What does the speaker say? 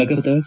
ನಗರದ ಕೆ